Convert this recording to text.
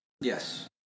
Yes